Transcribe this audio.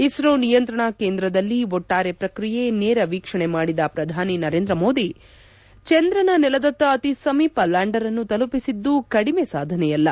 ಇಸ್ತೋ ನಿಯಂತ್ರಣ ಕೇಂದ್ರದಲ್ಲಿ ಒಟ್ಲಾರೆ ಪ್ರಕ್ರಿಯೆ ನೇರ ವೀಕ್ಷಣೆ ಮಾಡಿದ ಪ್ರಧಾನಿ ನರೇಂದ್ರ ಮೋದಿ ಚಂದ್ರನ ನೆಲದತ್ತ ಅತಿ ಸಮೀಪ ಲ್ಲಾಂಡರ್ ಅನ್ನು ತಲುಪಿಸಿದ್ದು ಕಡಿಮೆ ಸಾಧನೆಯಲ್ಲ